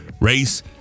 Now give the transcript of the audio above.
race